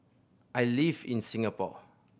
I live in Singapore